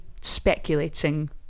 speculating